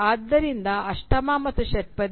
ಆದ್ದರಿಂದ ಅಷ್ಟಮ ಮತ್ತು ಷಟ್ಪದಿ